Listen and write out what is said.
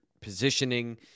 positioning